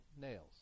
nails